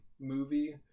movie